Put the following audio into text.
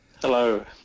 Hello